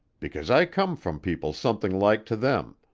because i come from people something like to them,